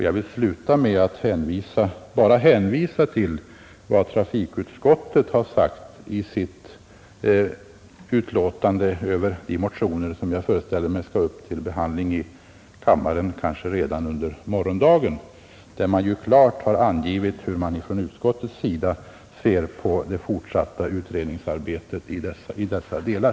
Jag vill sluta med att hänvisa till vad trafikutskottet har sagt i sitt utlåtande över de motioner som jag föreställer mig skall behandlas i riksdagen kanske redan under morgondagen. Utskottet har klart angivit hur man ser på det fortsatta utredningsarbetet i dessa delar.